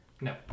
No